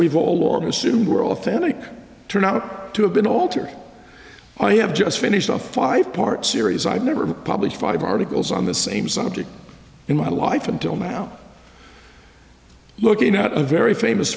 we've all long assumed were authentic turn out to have been altered i have just finished a five part series i've never published five articles on the same subject in my life until now looking at a very famous